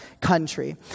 country